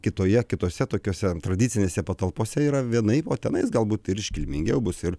kitoje kitose tokiose tradicinėse patalpose yra vienaip o tenais galbūt ir iškilmingiau bus ir